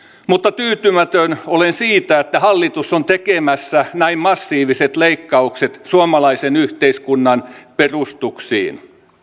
mutta tyytymätön olen siitä että hallitus on tekemässä näin massiiviset leikkaukset suomalaisen yhteiskunnan perustuksiin